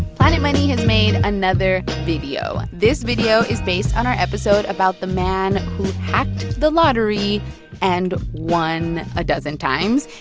planet money has made another video. this video is based on our episode about the man who hacked the lottery and won a dozen times.